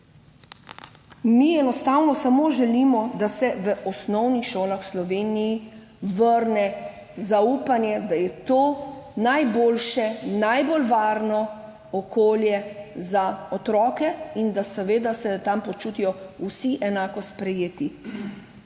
Mi enostavno samo želimo, da se v osnovne šole po Sloveniji vrne zaupanje, da je to najboljše, najbolj varno okolje za otroke in da se seveda tam počutijo vsi enako sprejeti.